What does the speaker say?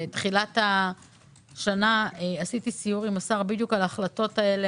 בתחילת השנה עשיתי סיור עם השר על ההחלטות האלה,